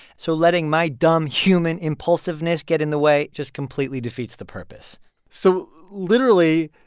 so letting my dumb human impulsiveness get in the way just completely defeats the purpose so literally,